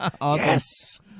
Yes